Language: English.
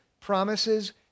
promises